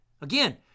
again